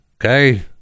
okay